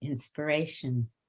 inspiration